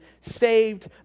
saved